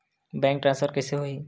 Bank transfer कइसे होही?